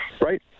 right